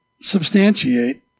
substantiate